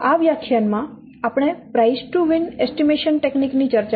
આ વ્યાખ્યાન માં આપણે price to win estimation technique ની ચર્ચા કરી